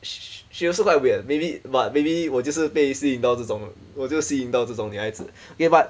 she she also quite weird maybe but maybe 我就是被喜迎到这种我就喜迎到这种女孩子 okay but